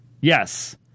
Yes